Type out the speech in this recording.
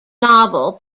novel